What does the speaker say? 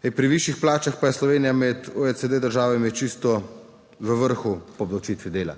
pri višjih plačah pa je Slovenija med OECD državami čisto v vrhu po obdavčitvi dela.